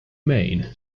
maine